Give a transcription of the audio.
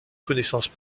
connaissance